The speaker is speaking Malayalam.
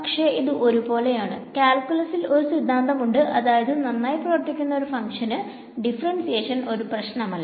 പക്ഷെ ഇത് ഒരേപോലെയാണ് കാൽകുലസിൽ ഒരു സിദ്ധാന്തം ഉണ്ട് അതായത് നന്നായി പ്രവർത്തിക്കുന്ന ഒരു ഫങ്ക്ഷന് ഡിഫറെൻസിയേഷൻ ഒരു പ്രശ്നമല്ല